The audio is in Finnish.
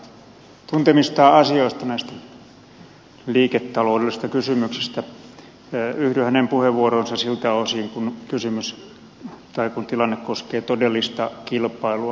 yhdyn hänen puheenvuoroonsa siltä osin kuin tilanne koskee todellista kilpailua niin että on aidot markkinat